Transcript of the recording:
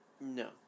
No